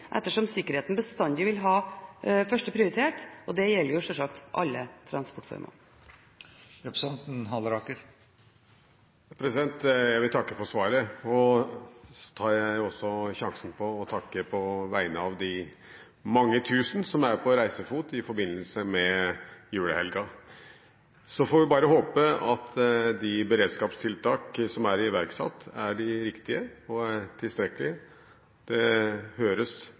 ettersom sikkerheten bestandig vil ha første prioritet. Det gjelder selvfølgelig alle transportformer. Jeg vil takke for svaret. Jeg tar også sjansen på å takke på vegne av de mange tusen som er på reisefot i forbindelse med julehelgen. Så får vi bare håpe at de beredskapstiltak som er iverksatt, er riktige og tilstrekkelige – det høres